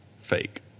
Fake